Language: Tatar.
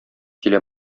килә